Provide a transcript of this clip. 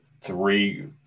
three